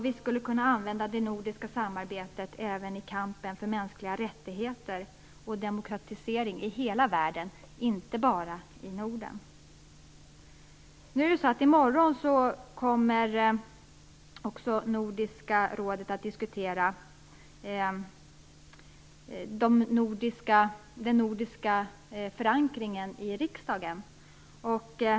Vi skulle kunna använda det nordiska samarbetet även i kampen för mänskliga rättigheter och demokratisering i hela världen, inte bara i Norden. I morgon kommer Nordiska rådet att diskutera den nordiska förankringen i riksdagen.